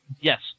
Yes